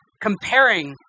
comparing